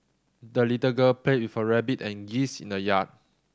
the little girl played with her rabbit and geese in the yard